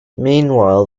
meanwhile